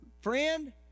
Friend